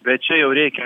bet čia jau reikia